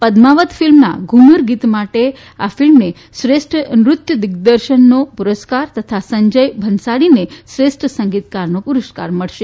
પદ્માવત ફિલ્મના ધૂમર ગીત માટે આ ફિલ્મને શ્રેષ્ઠ નૃત્ય દિગ્દર્શનનો પુરસ્કાર તથા સંજય ભણસાળીને શ્રેષ્ઠ સંગીતકારનો પુરસ્કાર મળશે